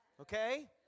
Okay